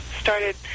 started